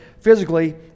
physically